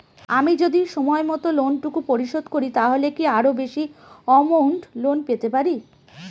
আমি যদি সময় মত লোন টুকু পরিশোধ করি তাহলে কি আরো বেশি আমৌন্ট লোন পেতে পাড়ি?